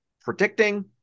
predicting